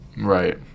Right